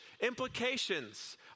implications